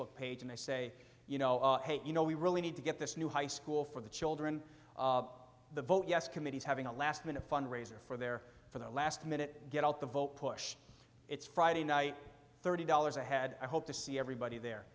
facebook page and i say you know hey you know we really need to get this new high school for the children the vote yes committee is having a last minute fundraiser for their for their last minute get out the vote push it's friday night thirty dollars ahead i hope to see everybody there